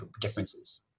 differences